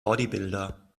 bodybuilder